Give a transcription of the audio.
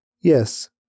Yes